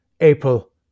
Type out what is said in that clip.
April